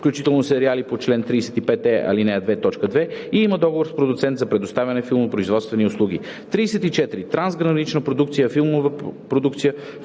включително сериали, по чл. 35е, ал. 2, т. 2 и има договор с продуцент да предоставя филмопроизводствени услуги. 34. „Трансгранична продукция“ е филмова продукция,